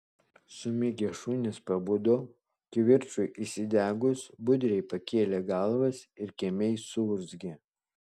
sumigę šunys pabudo kivirčui įsidegus budriai pakėlė galvas ir kimiai suurzgė